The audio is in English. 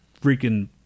Freaking